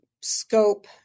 scope